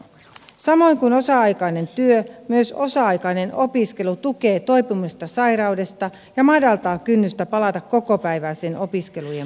samoin kuin osa aikainen työ myös osa aikainen opiskelu tukee toipumista sairaudesta ja madaltaa kynnystä palata kokopäiväisen opiskelun pariin